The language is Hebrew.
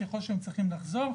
ככל שהם צריכים לחזור,